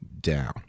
down